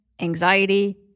anxiety